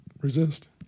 resist